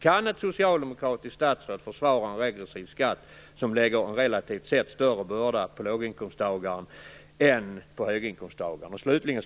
Kan ett socialdemokratiskt statsråd försvara en regressiv skatt som lägger en relativt sett större börda på låginkomsttagaren än på höginkomsttagaren?